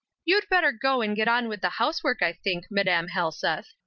you'd better go and get on with the house work, i think, madam helseth.